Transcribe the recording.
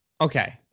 okay